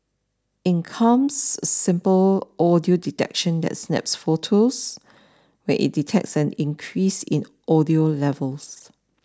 in comes a simple audio detection that snaps photos when it detects an increase in audio levels